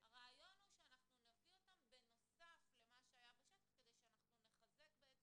הרעיון הוא שאנחנו נביא אותם בנוסף למה שהיה בשטח כדי שאנחנו נחזק את